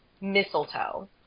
Mistletoe